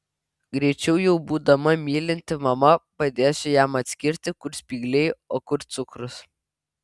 greičiau jau būdama mylinti mama padėsiu jam atskirti kur spygliai o kur cukrus